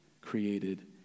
created